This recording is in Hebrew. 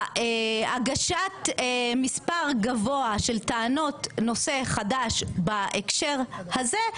הגשת מספר גבוה של טענות נושא חדש בהקשר הזה,